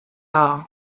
are